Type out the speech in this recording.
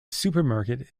supermarket